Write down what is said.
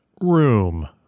room